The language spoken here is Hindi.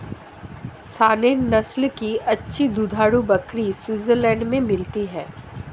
सानेंन नस्ल की अच्छी दुधारू बकरी स्विट्जरलैंड में मिलती है